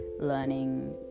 learning